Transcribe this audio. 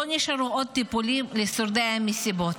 לא נשארו עוד טיפולים לשורדי המסיבות.